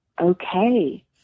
okay